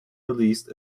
released